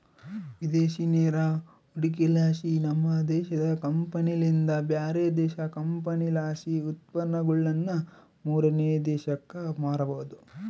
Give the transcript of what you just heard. ವಿದೇಶಿ ನೇರ ಹೂಡಿಕೆಲಾಸಿ, ನಮ್ಮ ದೇಶದ ಕಂಪನಿಲಿಂದ ಬ್ಯಾರೆ ದೇಶದ ಕಂಪನಿಲಾಸಿ ಉತ್ಪನ್ನಗುಳನ್ನ ಮೂರನೇ ದೇಶಕ್ಕ ಮಾರಬೊದು